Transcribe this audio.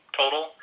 total